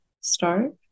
start